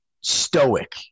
stoic